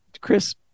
Chris